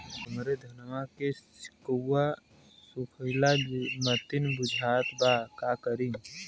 हमरे धनवा के सीक्कउआ सुखइला मतीन बुझात बा का करीं?